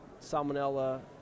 Salmonella